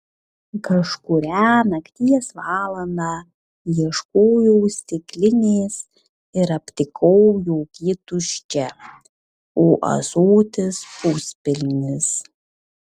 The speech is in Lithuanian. kažkurią nakties valandą ieškojau stiklinės ir aptikau jog ji tuščia o ąsotis puspilnis